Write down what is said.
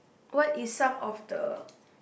what is some of the